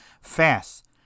fast